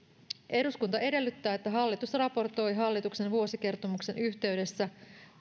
eduskunta edellyttää että hallitus raportoi hallituksen vuosikertomuksen yhteydessä